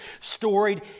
storied